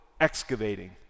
excavating